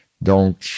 Donc